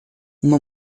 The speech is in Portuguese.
uma